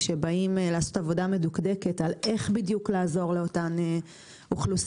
כשבאים לעשות עבודה מדוקדקת על איך בדיוק לעזור לאותן אוכלוסיות,